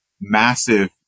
massive